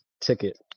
Ticket